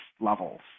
levels